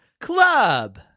Club